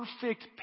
perfect